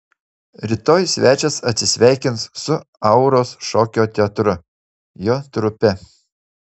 rytoj svečias atsisveikins su auros šokio teatru jo trupe